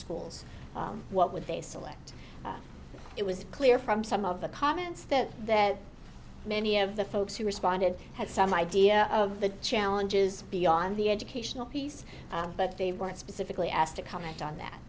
schools what would they select it was clear from some of the comments that that many of the folks who responded had some idea of the challenges beyond the educational piece but they weren't specifically asked to comment on that